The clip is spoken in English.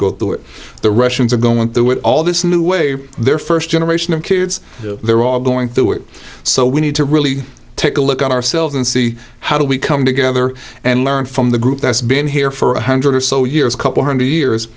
go through it the russians are going through with all this new wave their first generation of kids they're all going through it so we need to really take a look at ourselves and see how do we come together and learn from the group that's been here for a hundred or so years couple hundred years